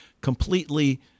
completely